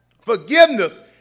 Forgiveness